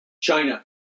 China